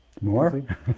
More